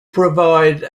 provide